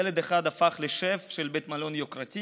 ילד אחד הפך לשף של בית מלון יוקרתי,